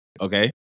Okay